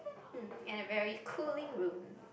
hmm in a very cooling room